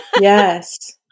Yes